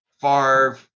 Favre